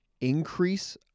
increase